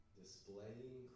displaying